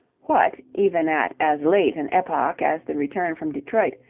what, even at as late an epoch as the return from detroit,